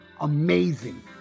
amazing